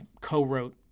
co-wrote